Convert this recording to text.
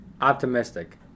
Optimistic